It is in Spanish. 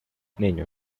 niño